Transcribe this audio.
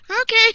Okay